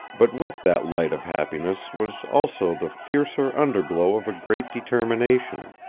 but with that light of happiness was also the fiercer underglow of a great determination.